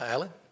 Alan